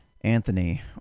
Anthony